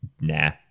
nah